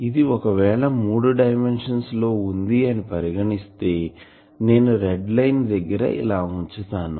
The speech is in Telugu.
ఇది ఒకవేళ మూడు డైమెన్షన్స్ లో వుంది అని పరిగణిస్తే నేను రెడ్ లైన్ దగ్గర ఇలా వుంచుతాను